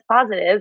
positive